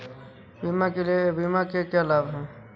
बीमा के क्या लाभ हैं?